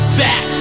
back